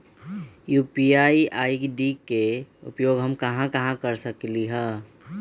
UPI ID के उपयोग हम कहां कहां कर सकली ह?